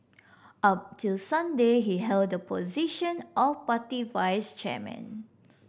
up till Sunday he held the position of party vice chairman